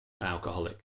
alcoholic